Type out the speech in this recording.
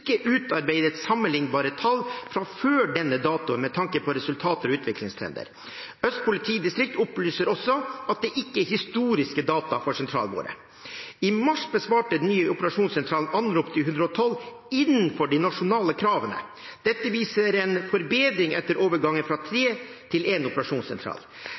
sammenlignbare tall fra før denne datoen med tanke på resultater og utviklingstrender. Øst politidistrikt opplyser også at det ikke er historiske data for sentralbordet. I mars besvarte den nye operasjonssentralen anrop til 112 innenfor de nasjonale kravene. Dette viser en forbedring etter overgangen fra tre til én operasjonssentral.